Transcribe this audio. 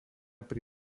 pri